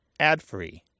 adfree